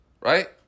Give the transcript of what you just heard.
Right